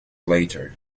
later